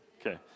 Okay